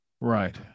Right